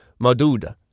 maduda